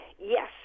yes